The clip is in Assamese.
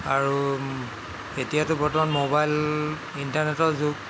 আৰু এতিয়াতো বৰ্তমান মোবাইল ইণ্টাৰনেটৰ যুগ